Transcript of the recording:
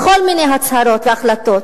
בכל מיני הצהרות והחלטות,